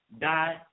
die